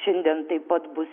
šiandien taip pat bus